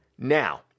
Now